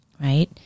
Right